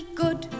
good